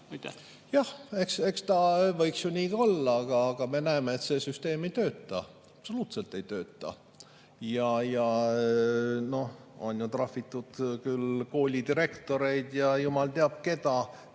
Jah! Eks ta võiks ju nii olla, aga me näeme, et see süsteem ei tööta. Absoluutselt ei tööta! Ja noh, on ju trahvitud koolidirektoreid ja jumal teab keda